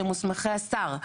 שהם מוסמכי השר.